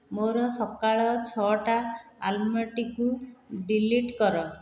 ମୋର ସକାଳ ଛଅଟା ଆଲାର୍ମଟିକୁ ଡିଲିଟ୍ କର